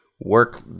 work